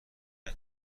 نشه